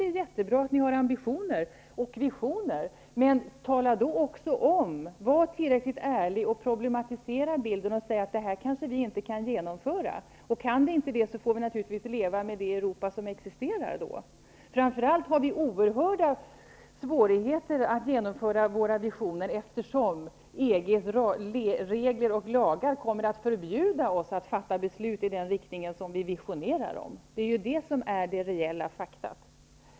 Det är jättebra att ni har ambitioner och visioner, men var då tillräckligt ärliga att problematisera bilden och tala om att ni kanske inte kan genomföra dessa ambitioner och visioner, och att vi om ni inte kan genomföra det ni vill, i stället får lov att leva med det Europa som redan existerar. Tala om att ni har oerhörda svårigheter att genomföra era visioner framför allt på grund av att EG:s lagar och regler kommer att förbjuda er att fatta beslut i den riktning ni önskar. Det är ju detta som är reella fakta.